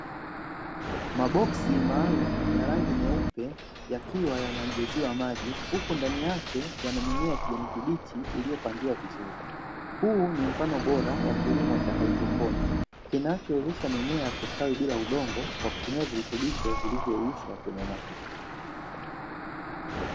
Maboksi maalumu ya rangi nyeupe yakiwa yanajaziwa maji huku ndani yake yana mimea ya kijani kibichi iliiyopandiwa vizuri, huu ni mfano bora wa kilimo cha haidroponi kinachowezesha mimea kustawi bila udongo kwa kutumia virutubisho vilivyoyayushwa kwenye maji.